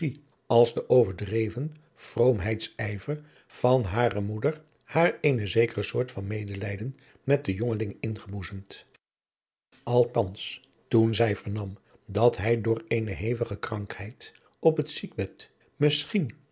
als de overdreven vroomheidsijver van hare moeder haar eene zekere soort van medelijden met den jongeling ingeboezemd althans toen zij vernam dat hij door eene hevige krankheid op het ziekbed misschien